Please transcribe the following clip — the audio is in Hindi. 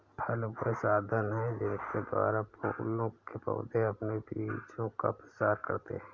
फल वे साधन हैं जिनके द्वारा फूलों के पौधे अपने बीजों का प्रसार करते हैं